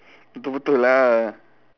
betul-betul lah